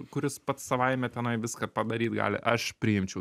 kuris pats savaime tenai viską padaryt gali aš priimčiau